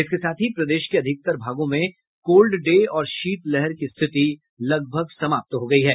इसके साथ ही प्रदेश के अधिकतर भागों में कोल्ड डे और शीतलहर की स्थिति लगभग समाप्त हो गयी है